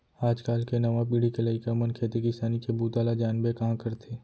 आज काल के नवा पीढ़ी के लइका मन खेती किसानी के बूता ल जानबे कहॉं करथे